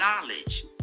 knowledge